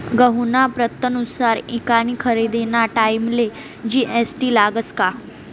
गहूना प्रतनुसार ईकानी खरेदीना टाईमले जी.एस.टी लागस का?